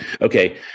Okay